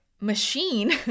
machine